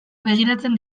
begiratzen